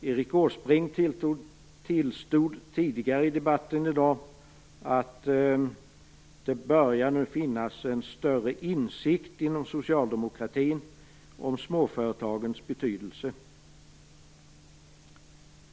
Erik Åsbrink tillstod tidigare i debatten i dag att det börjar finnas en större insikt inom socialdemokratin om småföretagens betydelse.